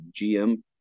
GM